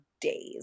days